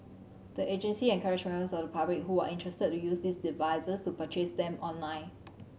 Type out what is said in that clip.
the agency encouraged members of the public who are interested to use these devices to purchase them online